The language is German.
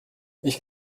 ich